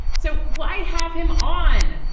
so while i have him on.